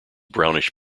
brownish